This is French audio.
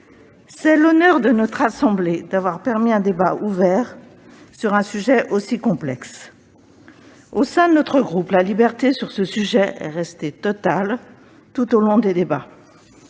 C'est l'honneur de notre assemblée d'avoir permis un débat ouvert sur un sujet aussi complexe. Au sein du groupe Les Républicains, la liberté sur ce sujet est restée totale tout au long des débats.